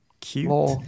Cute